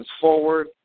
forward